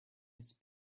his